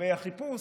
לגבי החיפוש,